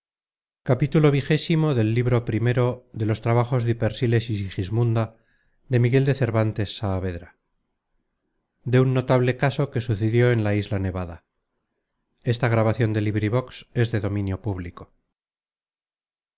de guantes de un notable caso que sucedió en la isla nevada